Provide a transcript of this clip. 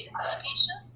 application